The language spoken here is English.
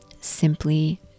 simply